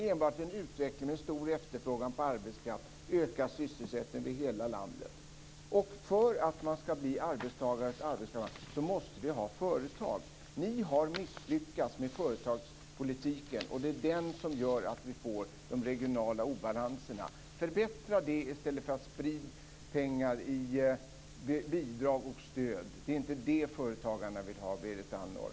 Enbart vid en utveckling med en stor efterfrågan på arbetskraft ökar sysselsättningen över hela landet." För att det skall bli arbetstagare måste det finnas företag. Ni har misslyckats med företagspolitiken, och det är det som gör att vi får de regionala obalanserna. Förbättra det i stället för att sprida pengar i bidrag och stöd! Det är inte det företagarna vill ha, Berit Andnor.